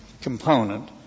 component